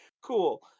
Cool